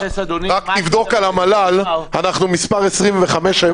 רק תבדוק במל"ל, אנחנו מספר 25 היום.